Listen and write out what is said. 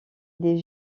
des